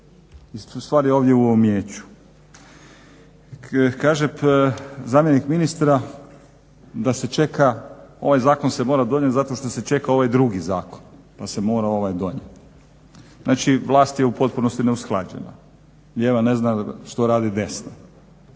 i stvar je ovdje u umijeću. Kaže zamjenik ministra da se čeka, ovaj zakon se mora donijeti zato što se čeka ovaj drugi zakon pa se mora ovaj donijeti. Znači, vlast je u potpunosti neusklađena. Lijeva ne zna što radi desna.